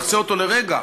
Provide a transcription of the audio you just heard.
נחצה אותו לרגע,